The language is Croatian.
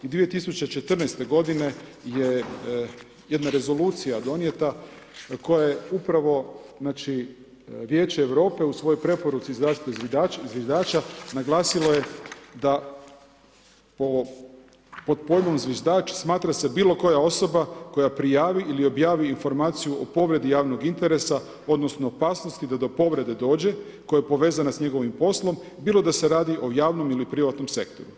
I 2014. godine je jedna rezolucija donijeta koja je upravo Vijeće Europe u svojoj preporuci zaštiti zviždača naglasilo je da pod pojmom zviždač smatra se bilo koja osoba koja prijavi ili objavi informaciju o povredi javnog interesa, odnosno opasnosti da do povrede dođe koja je povezana sa njegovim poslom bilo da se radi o javnom ili privatnom sektoru.